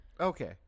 Okay